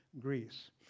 Greece